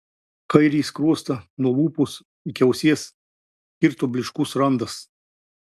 kairįjį skruostą nuo lūpos iki ausies kirto blyškus randas